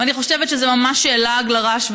ואני חושבת שזה ממש לעג לרש.